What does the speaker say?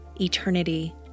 eternity